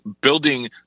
building